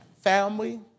family